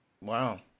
Wow